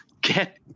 get